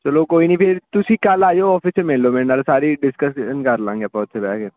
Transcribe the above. ਚਲੋ ਕੋਈ ਨਹੀਂ ਫਿਰ ਤੁਸੀਂ ਕੱਲ੍ਹ ਆ ਜਾਓ ਆਫਿਸ 'ਚ ਮਿਲ ਲਓ ਮੇਰੇ ਨਾਲ ਸਾਰੀ ਡਿਸਕਸ਼ਨ ਕਰ ਲਵਾਂਗੇ ਆਪਾਂ ਉੱਥੇ ਬਹਿ ਕੇ